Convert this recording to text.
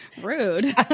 rude